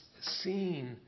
seen